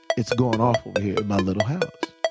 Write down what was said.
it's goin' off over here in my little house.